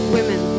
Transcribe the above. Women